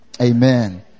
Amen